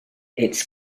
its